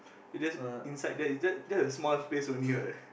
is just inside there it's just it's just a small place only what